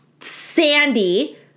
Sandy